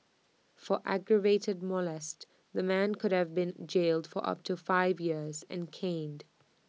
for aggravated molest the man could have been jailed for up to five years and caned